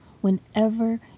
whenever